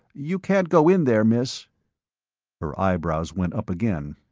you can't go in there, miss her eyebrows went up again.